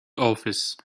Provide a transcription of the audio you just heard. office